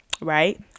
right